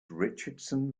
richardson